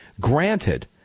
granted